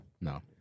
No